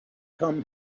come